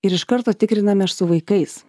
ir iš karto tikriname ir su vaikais